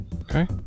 Okay